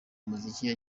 umuziki